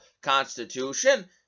Constitution